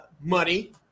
money